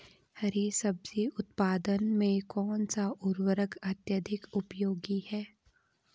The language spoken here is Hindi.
हरी सब्जी उत्पादन में कौन सा उर्वरक अत्यधिक उपयोगी है?